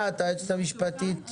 סעיף שיש לגביו תיקון, לעשות בזמן אמת.